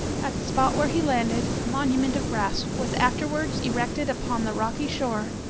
at the spot where he landed, a monument of brass was afterwards erected upon the rocky shore,